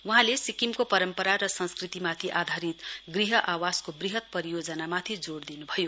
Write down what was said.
वहाँले सिक्किमको परम्परा र संस्कृतिमाथि आधारित गृह आवासको वृहत परियोजनामाथि जोड दिन्भयो